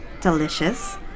Delicious